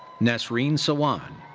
nesreen sawwan.